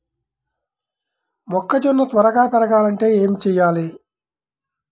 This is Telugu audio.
మొక్కజోన్న త్వరగా పెరగాలంటే ఏమి చెయ్యాలి?